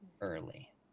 early